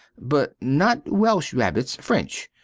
but not welsh rabbits french.